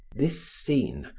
this scene,